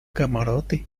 camarote